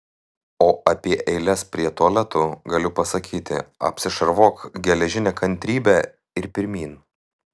o apie eiles prie tualetų galiu pasakyti apsišarvuok geležine kantrybe ir pirmyn